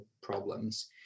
problems